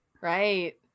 Right